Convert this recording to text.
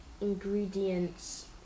ingredients